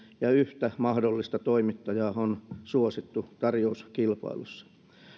ja yhtä mahdollista toimittajaa on suosittu tarjouskilpailussa